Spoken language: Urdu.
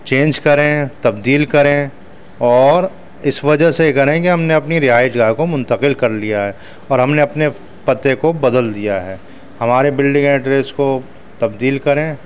چینج کریں تبدیل کریں اور اس وجہ سے یہ کریں کہ ہم نے اپنی رہائش گاہ کو منتقل کر لیا ہے اور ہم نے اپنے پتے کو بدل دیا ہے ہمارے بلڈنگ ایڈریس کو تبدیل کریں